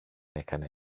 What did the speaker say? έκανε